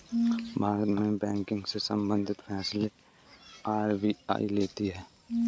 भारत में बैंकिंग से सम्बंधित फैसले आर.बी.आई लेती है